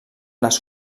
les